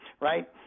right